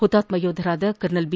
ಹುತಾತ್ಮ ಯೋಧರಾದ colonel B